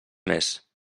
més